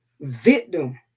victim